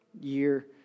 year